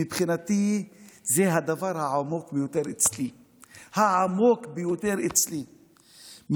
ומבחינתי זה הדבר העמוק ביותר אצלי,